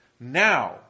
now